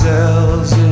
Cells